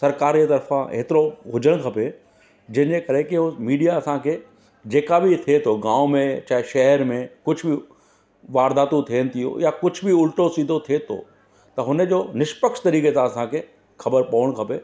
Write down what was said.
सरकार जे तर्फ़ां हेतिरो हुजणु खपे जंहिंजे करे की हुओ मीडिया असांखे जेका बि थिए थो गांव में चाहे शहर में कुझु बि वारदातूं थियनि थियूं या कुझु बि उलटो सीधो थिए थो त हुन जो निशपक्ष तरीक़े सां असांखे ख़बरु पवणु खपे